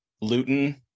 Luton